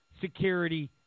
security